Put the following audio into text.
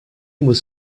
was